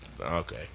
Okay